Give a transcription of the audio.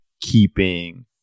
keeping